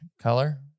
color